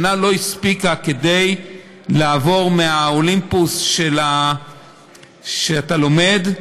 שנה לא הספיקה כדי לעבור מהאולימפוס שאתה לומד,